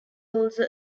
also